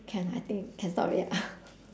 can I think can stop already ah